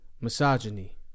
misogyny